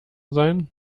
sein